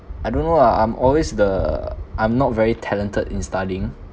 I don't know ah I'm always the I'm not very talented in studying